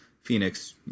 Phoenix